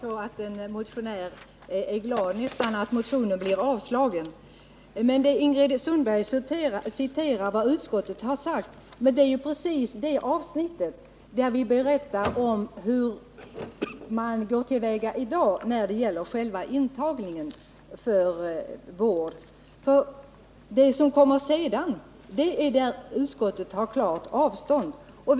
Herr talman! Det är sällan det händer att en motionär nästan är nöjd med utskottets skrivning. Ingrid Sundberg citerar vad utskottet har sagt. Men det hon citerar är ju det avsnitt där vi berättar om hur man går till väga i dag när det gäller intagning i sluten vård. Den skrivning utskottet gjort innebär att vi klart tar avstånd från motionen.